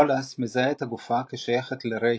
וואלאס מזהה את הגופה כשייכת לרייצ'ל,